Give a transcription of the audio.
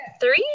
three